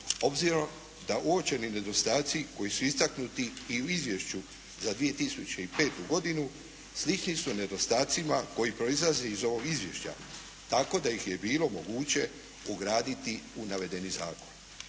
obzirom da uočeni nedostaci koji su istaknuti i u izvješću za 2005. godinu slični su nedostacima koji proizlaze iz ovog izvješća, tako da ih je bilo moguće ugraditi u navedeni zakon.